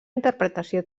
interpretació